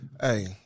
Hey